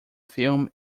film